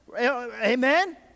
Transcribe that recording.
amen